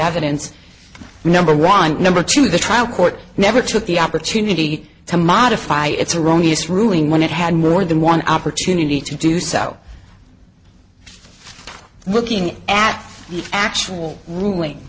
evidence number one number two the trial court never took the opportunity to modify its erroneous ruling when it had more than one opportunity to do so looking at the actual ruling